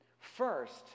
First